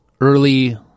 early